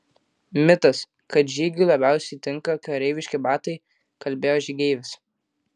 mitas kad žygiui labiausiai tinka kareiviški batai kalbėjo žygeivis